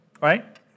right